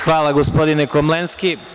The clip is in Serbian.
Hvala, gospodine Komlenski.